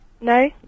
No